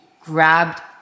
grabbed